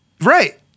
Right